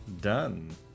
done